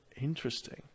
Interesting